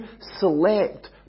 select